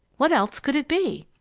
what else could it be?